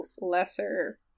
lesser